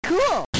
Cool